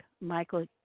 Michael